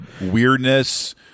weirdness